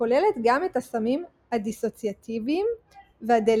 הכוללת גם את הסמים הדיסוציאטיביים והדלריאנטים.